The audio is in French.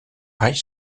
high